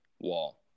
wall